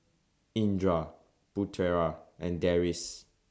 Indra Putera and Deris